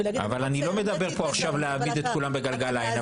לצמצם במעט את לוחות הזמנים אבל